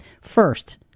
first